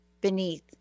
Beneath